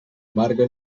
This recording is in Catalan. amarga